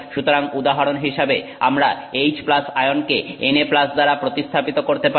সুতরাং উদাহরন হিসাবে আমরা H আয়নকে Na দ্বারা প্রতিস্থাপিত করতে পারি